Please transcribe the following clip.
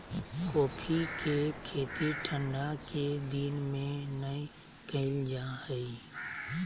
coffee के खेती ठंढा के दिन में नै कइल जा हइ